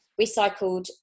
recycled